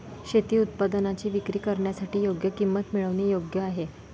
शेती उत्पादनांची विक्री करण्यासाठी योग्य किंमत मिळवणे योग्य आहे